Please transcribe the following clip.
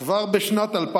כבר בשנת 2015